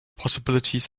possibilities